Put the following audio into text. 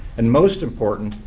and most important,